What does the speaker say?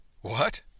What